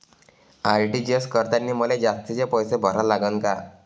RTGS करतांनी मले जास्तीचे पैसे भरा लागन का?